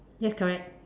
yes correct